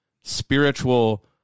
spiritual